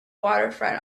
waterfront